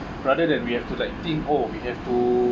rather than we have to like think oh we have to